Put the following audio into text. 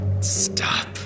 Stop